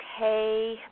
okay